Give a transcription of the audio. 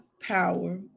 power